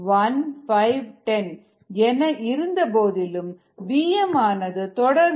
5 1510 என இருந்த போதிலும் vm ஆனது தொடர்ந்து 0